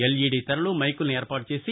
LED తెరలు మైకులను ఏర్పాటు చేసి